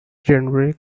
generally